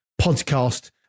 podcast